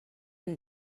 and